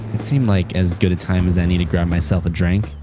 it seemed like as good a time as any to grab myself a drink.